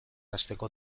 hasteko